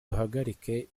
duhagarike